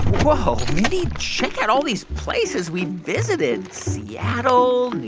whoa. mindy, check out all these places we visited seattle,